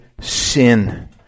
sin